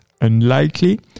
unlikely